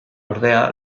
ordea